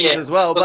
yeah as well. but